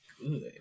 good